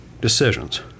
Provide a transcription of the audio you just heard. decisions